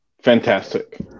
Fantastic